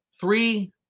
Three